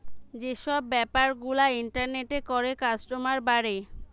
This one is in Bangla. যে সব বেপার গুলা ইন্টারনেটে করে কাস্টমার বাড়ে